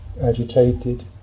agitated